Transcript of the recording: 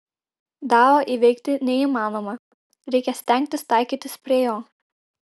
dao įveikti neįmanoma reikia stengtis taikytis prie jo